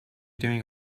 doing